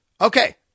Okay